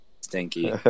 Stinky